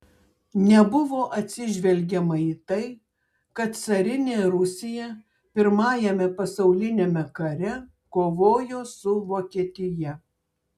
nebuvo atsižvelgiama į tai kad carinė rusija pirmajame pasauliniame kare kovojo su vokietija